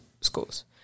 schools